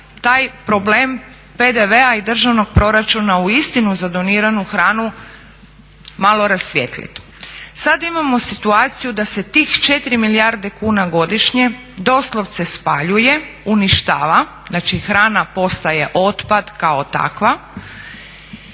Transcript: taj problem PDV-a i državnog proračunu uistinu za doniranu hranu malo rasvijetliti. Sad imamo situaciju da se tih 4 milijarde kuna godišnje doslovce spaljuje, uništava. Znači, hrana postaje otpad kao takva.